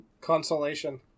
Consolation